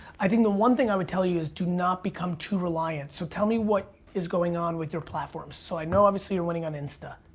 i think the one thing i would tell you is do not become too reliant, so tell me what is going on with your platforms. so i know obviously you're winning on insta.